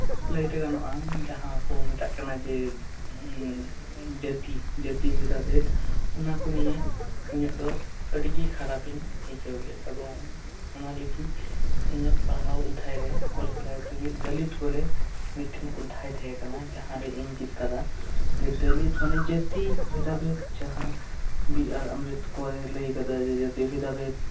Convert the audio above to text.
ᱞᱟᱹᱭᱛᱮ ᱜᱟᱱᱚᱜᱼᱟ ᱡᱟᱦᱟᱸᱠᱚ ᱢᱮᱛᱟᱜ ᱠᱟᱱᱟ ᱡᱮ ᱡᱟᱹᱛᱤ ᱵᱷᱮᱫᱟ ᱵᱷᱮᱫ ᱚᱱᱟᱠᱚ ᱱᱤᱭᱮ ᱤᱧᱟᱹᱜ ᱫᱚ ᱟᱹᱰᱤᱜᱮ ᱠᱷᱟᱨᱟᱯᱤᱧ ᱟᱹᱭᱠᱟᱹᱣᱜᱮᱭᱟ ᱮᱵᱚᱝ ᱚᱱᱟᱞᱟᱹᱜᱤᱫ ᱤᱧᱟᱹᱜ ᱯᱟᱲᱦᱟᱣ ᱚᱫᱽᱫᱷᱟᱭ ᱨᱮ ᱠᱚᱞᱮᱡ ᱞᱟᱭᱤᱵ ᱨᱮᱜᱮ ᱫᱚᱞᱤᱛ ᱵᱚᱞᱮ ᱢᱤᱫᱴᱮᱱ ᱚᱫᱷᱟᱭ ᱛᱟᱦᱮᱸ ᱠᱟᱱᱟ ᱡᱟᱦᱟᱸ ᱨᱮ ᱤᱧ ᱪᱮᱫ ᱟᱠᱟᱫᱟ ᱫᱚᱞᱤᱛ ᱢᱟᱱᱮ ᱡᱟᱹᱛᱤ ᱵᱷᱮᱫᱟ ᱵᱷᱮᱫ ᱡᱟᱦᱟᱸ ᱵᱤ ᱟᱨ ᱟᱢᱵᱮᱫ ᱠᱚᱨᱮ ᱞᱟᱹᱭ ᱟᱠᱟᱫᱟ ᱡᱮ ᱡᱟᱹᱛᱤ ᱵᱷᱮᱫᱟ ᱵᱷᱮᱫ